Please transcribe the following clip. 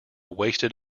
wasted